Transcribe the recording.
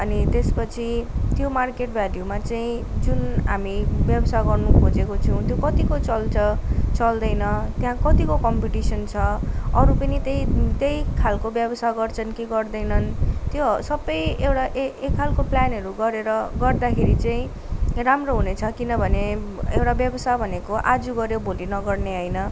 अनि त्यसपछि त्यो मार्केट भ्येल्युमा चाहिँ जुन हामी व्यवसाय गर्नुखोजेको छु त्यो कतिको चल्छ चल्दैन त्यहाँ कतिको कम्पिटिसन छ अरू पनि त्यही त्यही खालको व्यवसाय गर्छन् कि गर्दैनन् त्यो हो सबै एउटा ए एक खालको प्लानहरू गरेर गर्दाखेरि चाहिँ राम्रो हुनेछ किनभने एउटा व्यवसाय भनेको आज गऱ्यो भोलि नगर्ने होइन